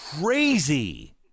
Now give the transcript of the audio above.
crazy